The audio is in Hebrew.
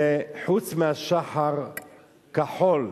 זה חוץ מ"שח"ר כחול",